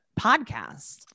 podcast